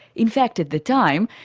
in fact at the time,